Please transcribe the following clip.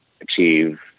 achieve